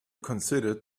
consider